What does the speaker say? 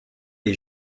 les